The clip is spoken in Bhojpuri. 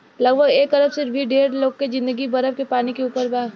लगभग एक अरब से भी ढेर लोग के जिंदगी बरफ के पानी के ऊपर बा